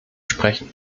sprechen